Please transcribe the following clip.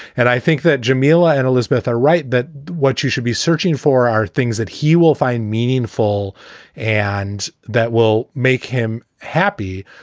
and i think that jameela and elizabeth are right, that what you should be searching for are things that he will find meaningful and that will make him happy.